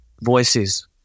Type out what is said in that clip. voices